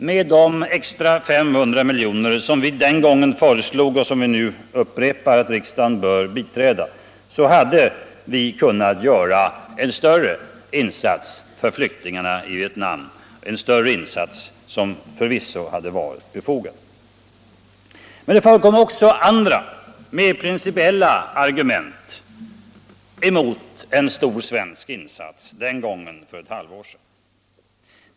Med de extra 500 miljoner som vi den gången föreslog och vilket förslag vi nu upprepar så hade vi kunnat göra en större insats för flyktingarna i Vietnam. Och det hade förvisso varit befogat. Men det förekom också andra mer principiella argument emot en stor svensk insats den gången; för ett halvår sedan.